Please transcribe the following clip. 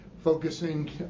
Focusing